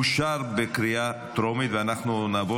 אושרה בקריאה טרומית ותעבור